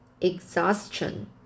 exhaustion